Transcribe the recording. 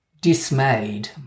dismayed